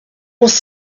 was